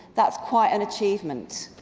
that's quite an achievement.